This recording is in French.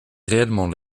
réellement